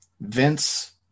Vince